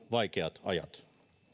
vaikeat ajat